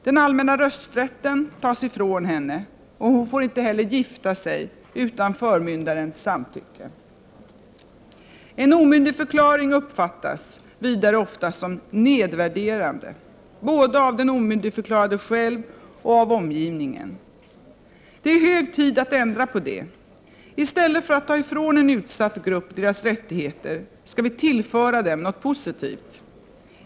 Den allmänna rösträtten tas ifrån henne, och hon får inte heller gifta sig utan förmyndarens samtycke. En omyndigförklaring uppfattas vidare ofta som nedvärderande, både av den omyndigförklarade själv och av omgivningen. Det är hög tid att ändra på detta. I stället för att ta ifrån en utsatt grupp dess rättigheter skall vi tillföra den något positivt.